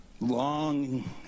Long